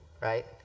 right